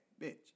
bitch